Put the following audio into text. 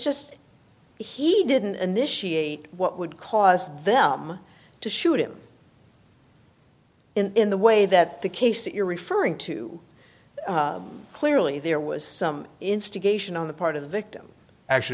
just he didn't initiate what would cause them to shoot him in the way that the case that you're referring to clearly there was some instigation on the part of the victim actually